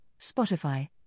Spotify